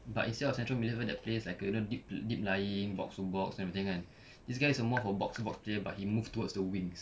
but is your central midfielder place like could deep deep lying box to box everything kan this guy is more for box to box player but he move towards the wings